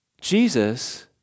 Jesus